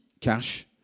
cash